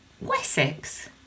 Wessex